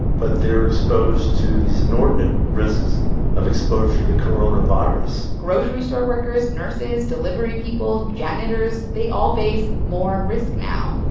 but, they're exposed to these inordinate risks of exposure to coronavirus grocery store workers, nurses, delivery people, janitors they all face more risk now.